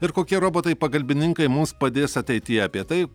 ir kokie robotai pagalbininkai mums padės ateityje apie tai